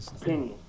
opinion